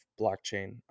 blockchain